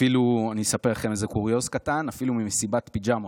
אני אספר לכם איזה קוריוז קטן אפילו ממסיבת פיג'מות,